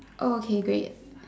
okay great